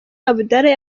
abdallah